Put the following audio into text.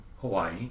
Hawaii